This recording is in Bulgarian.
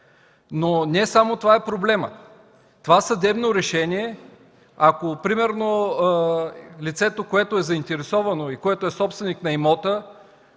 Не само това е проблемът. Това съдебно решение, ако примерно лицето, което е заинтересовано и което е собственик на имота,